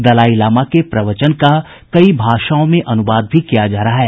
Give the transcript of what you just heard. दलाईलामा के प्रवचन का कई भाषाओं में अनुवाद भी किया जा रहा है